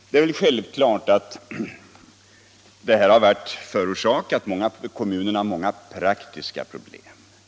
Det är självklart att renhållningen förorsakat kommunerna många praktiska problem.